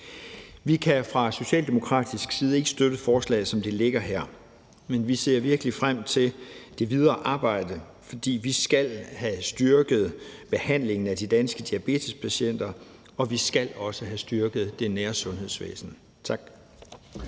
Vi kan fra socialdemokratisk side ikke støtte forslaget, som det ligger her, men vi ser virkelig frem til det videre arbejde. For vi skal have styrket behandlingen af de danske diabetespatienter, og vi skal også have styrket det nære sundhedsvæsen. Tak.